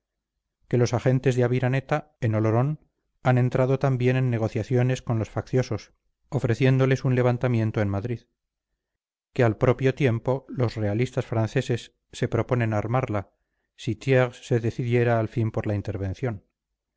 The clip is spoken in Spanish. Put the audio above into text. que los agentes de aviraneta en olorón han entrado también en negociaciones con los facciosos ofreciéndoles un levantamiento en madrid que al propio tiempo los realistas franceses se proponen armarla si thiers se decidiera al fin por la intervención